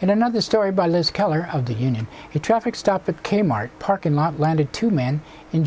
and another story by liz keller of the union the traffic stop at k mart parking lot landed two men in